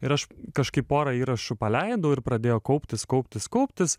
ir aš kažkaip porą įrašų paleidau ir pradėjo kauptis kauptis kauptis